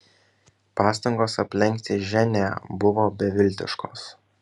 pastangos aplenkti ženią buvo beviltiškos